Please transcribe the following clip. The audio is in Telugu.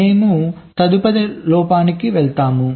మేము తదుపరి లోపానికి వెళ్తాము